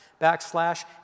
backslash